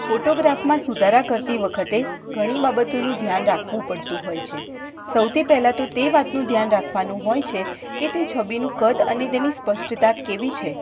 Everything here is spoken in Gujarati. ફોટોગ્રાફમાં સુધારા કરતી વખતે ઘણી બાબતોનું ધ્યાન રાખવું પડતું હોય છે સૌથી પહેલાં તો તે વાતનું ધ્યાન રાખવાનું હોય છે કે તે છબીનું કદ અને તેની સ્પષ્ટતા કેવી છે